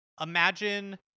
Imagine